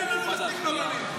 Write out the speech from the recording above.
אין מספיק רבנים.